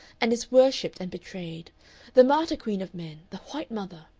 and is worshipped and betrayed the martyr-queen of men, the white mother.